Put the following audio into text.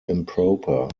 improper